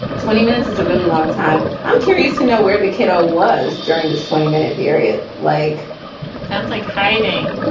twenty minutes is a really long time. i'm curious to know where the kiddo was during this twenty minute period. like sounds like hiding,